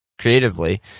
Creatively